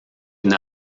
une